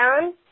down